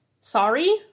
Sorry